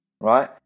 right